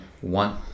one